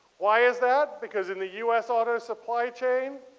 why is that? because in the u s. auto supply chain